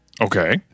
Okay